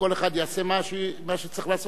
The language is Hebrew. וכל אחד יעשה מה שהוא צריך לעשות,